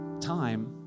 time